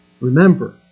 Remember